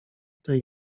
tej